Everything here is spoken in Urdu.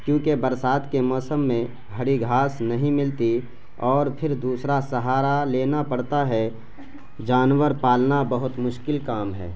کیونکہ برسات کے موسم میں ہری گھاس نہیں ملتی اور پھر دوسرا سہارا لینا پڑتا ہے جانور پالنا بہت مشکل کام ہے